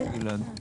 בבקשה גלעד.